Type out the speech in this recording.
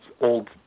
Old